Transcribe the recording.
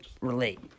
relate